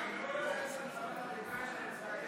בשמות חברי הכנסת)